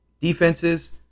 defenses